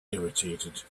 irritated